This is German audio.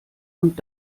und